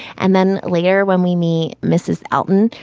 and then later, when we me, mrs. outen,